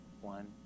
one